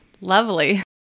Lovely